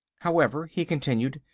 however, he continued,